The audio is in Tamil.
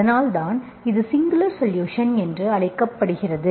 அதனால்தான் இது சிங்குலர் சொலுஷன் என்று அழைக்கப்படுகிறது